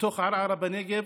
בתוך ערערה בנגב,